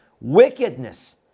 wickedness